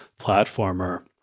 platformer